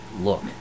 look